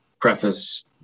preface